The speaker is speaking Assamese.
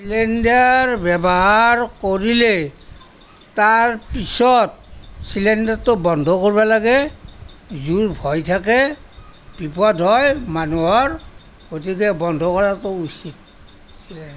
চিলিণ্ডাৰ ব্যৱহাৰ কৰিলে তাৰ পিছত চিলিণ্ডাৰটো বন্ধ কৰিব লাগে জুইৰ ভয় থাকে বিপদ হয় মানুহৰ গতিকে বন্ধ কৰাটো উচিত সেইয়াই আৰু